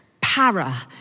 Para